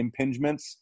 impingements